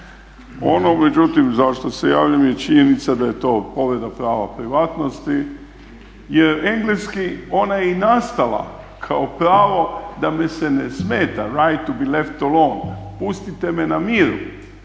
Ono međutim zašto se javljam je činjenica da je to povreda prava privatnosti jer engleski ona je i nastala kao pravo da me se ne smeta … /Govornik govori engleski./ … pustite me na miru.